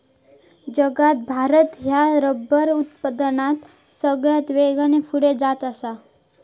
जगात भारत ह्यो रबर उत्पादनात सगळ्यात वेगान पुढे जात आसा